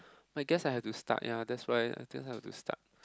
I guess I have to start ya that's why I think I have to start